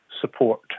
support